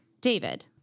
David